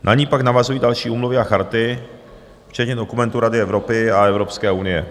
Na ni pak navazují další úmluvy a charty, včetně dokumentů Rady Evropy a Evropské unie.